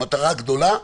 המטרה הגדולה,